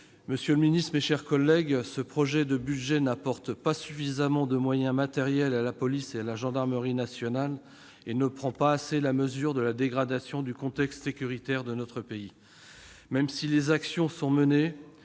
Monsieur le ministre, votre budget ne prévoit pas suffisamment de moyens matériels pour la police et la gendarmerie nationales. Il ne prend pas assez la mesure de la dégradation du contexte sécuritaire dans notre pays. Même si des actions sont menées